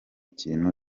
kintu